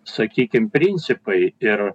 sakykim principai ir